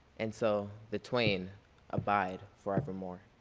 and so the twain abide forevermore.